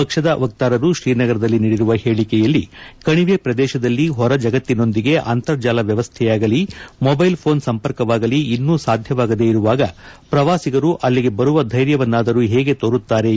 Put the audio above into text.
ಪಕ್ಷದ ವಕ್ತಾರರು ಶ್ರೀನಗರದಲ್ಲಿ ನೀಡಿರುವ ಹೇಳಕೆಯಲ್ಲಿ ಕಣಿವೆ ಪ್ರದೇತದಲ್ಲಿ ಹೊರ ಜಗತ್ತಿನೊಂದಿಗೆ ಅಂತರ್ಜಾಲ ವ್ಯವಸ್ಥೆಯಾಗಲಿ ಮೊಬ್ಸೆಲ್ ಮೋನ್ ಸಂಪರ್ಕವಾಗಲಿ ಇನ್ನು ಸಾಧ್ಯವಾಗದೇ ಇರುವಾಗ ಪ್ರವಾಸಿಗರು ಅಲ್ಲಿಗೆ ಬರುವ ಧೈರ್ಯವನ್ನಾದರೂ ಹೇಗೆ ತೋರುತ್ತಾರೆ ಎಂದು ಟೀಕಿಸಲಾಗಿದೆ